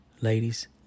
Ladies